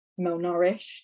malnourished